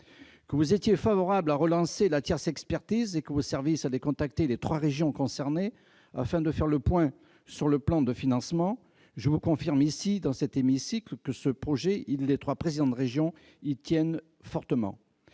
que vous étiez favorable à la tierce expertise et que vos services allaient contacter les trois régions concernées afin de faire le point sur le plan de financement. Je vous confirme ici, dans cet hémicycle, que les trois présidents de région tiennent fortement